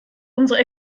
unsere